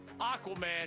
aquaman